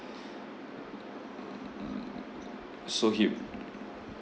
so he